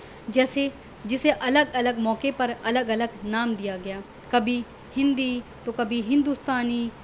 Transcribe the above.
جیسے جسے الگ الگ موقعے پر الگ الگ نام دیا گیا کبھی ہندی تو کبھی ہندوستانی